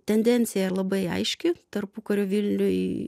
tendencija labai aiški tarpukario vilniuj